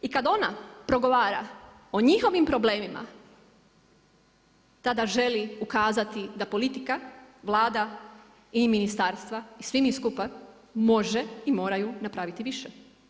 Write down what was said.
I kada ona progovara o njihovim problemima tada želi ukazati da politika, Vlada i ministarstva i svi mi skupa može i moraju napraviti više.